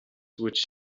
which